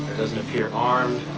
doesn't appear armed.